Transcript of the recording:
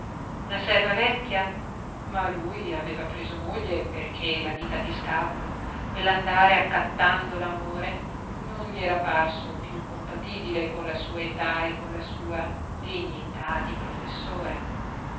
una serva vecchia ma lui aveva preso moglie perché la vita di scapolo quell'andare accattando l'amore non gli era parso piú compatibile con la sua età e con la sua dignità di professore